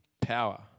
power